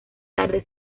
tarde